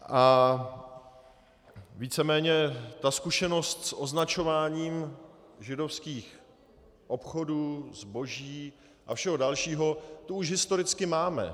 A víceméně tu zkušenost s označováním židovských obchodů, zboží a všeho dalšího tu už historicky máme.